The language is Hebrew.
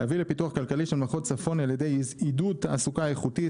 להביא לפיתוח כלכלי של מחוז צפון על ידי עידוד תעסוקה איכותית,